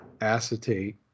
acetate